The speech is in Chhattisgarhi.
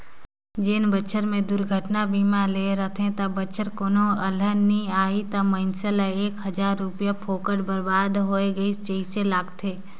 जेन बच्छर मे दुरघटना बीमा लेहे रथे ते बच्छर कोनो अलहन नइ आही त मइनसे ल एक हजार रूपिया फोकट बरबाद होय गइस जइसे लागथें